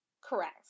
Correct